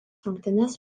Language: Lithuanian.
rungtynes